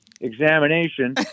examination